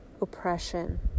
oppression